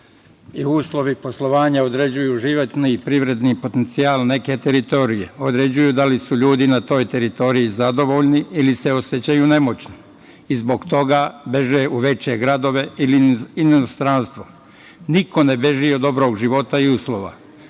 i uslovi poslovanja određuju životni i privredni potencijal neke teritorije, određuju da li su ljudi na toj teritoriji zadovoljni ili se osećaju nemoćno. Zbog toga beže u veće gradove ili u inostranstvo. Niko ne beži od dobrog života i